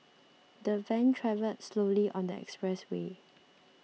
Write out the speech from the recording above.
the van travelled slowly on the expressway